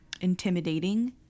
intimidating